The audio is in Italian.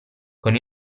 con